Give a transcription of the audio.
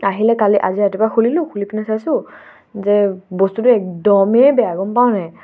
আহিলে কালি আজি ৰাতিপুৱা খুলিলোঁ খুলি পিনে চাইছোঁ যে বস্তুটো একদমেই বেয়া গম পাওঁ নাই